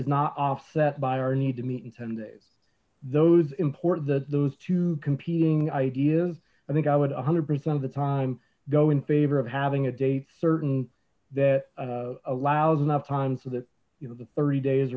is not offset by our need to meet in ten days those important that those two competing ideas i think i would one hundred percent of the time go in favor of having a date certain that allows enough time so that you know the thirty days